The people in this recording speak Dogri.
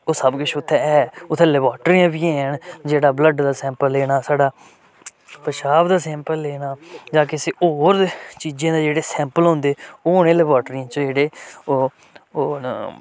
ओह् सब कुछ उत्थै ऐ उत्थै लबाट्रियां बी हैन जेह्ड़ा ब्लड दा सैंपल लैना साढ़ा पशाब दा सैंपल लैना जां कुसै होर चीजें दे जेह्ड़े सैम्पल होंदे ओह् उ'नें लबाट्रियें च जेह्ड़े ओह् ओह् न